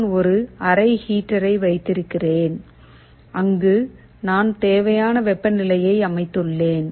நான் ஒரு அறை ஹீட்டரை வைத்திருக்கிறேன் அங்கு நான் தேவையான வெப்பநிலையை அமைத்துள்ளேன்